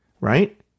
Right